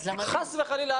חס וחלילה,